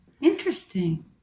Interesting